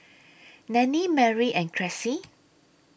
Nannie Mary and Cressie